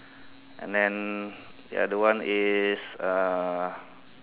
and then the other one is uh